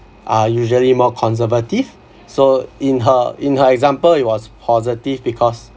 are usually more conservative so in her in her example it was positive because